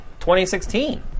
2016